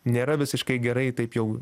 nėra visiškai gerai taip jau